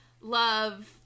love